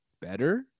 better